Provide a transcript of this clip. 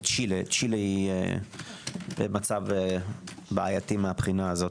צ'ילה היא במצב בעייתי מהבחינה הזו.